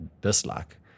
dislike